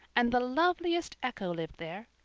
and the loveliest echo lived there.